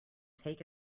take